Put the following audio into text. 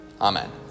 Amen